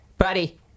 Buddy